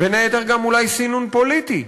בין היתר גם אולי סינון פוליטי.